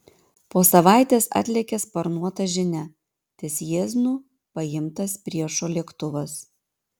po savaitės atlėkė sparnuota žinia ties jieznu paimtas priešo lėktuvas